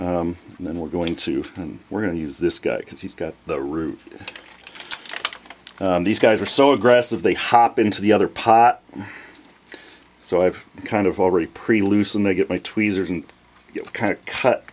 and then we're going to and we're going to use this guy because he's got the roof these guys are so aggressive they hop into the other pot so i've kind of already pretty loose and they get my tweezers and